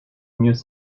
mieux